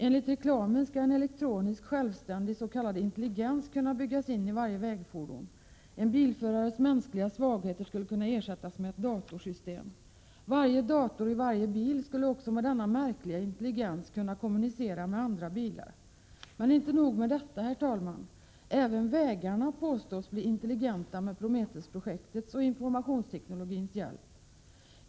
Enligt reklamen skall en elektronisk, självständig s.k. intelligens kunna byggas in i varje vägfordon. En bilförares mänskliga svagheter skulle kunna kompenseras av ett datorsystem. En dator i varje bil skulle också med denna märkliga s.k. intelligens kunna kommunicera med andra bilar. Men inte nog med detta, fru talman, även vägarna påstås bli intelligenta med Prometheusprojektets och informationsteknologins hjälp.